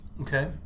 Okay